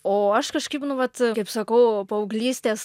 o aš kažkaip nu vat kaip sakau paauglystės